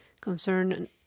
concern